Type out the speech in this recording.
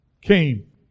came